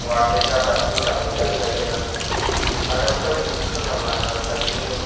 laboratory चा test होंदा बीऽ तां जाइयै रांह्दे साढ़े उ'यै बीऽ दस्सें सालें दा चला दा बिएं दा